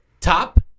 top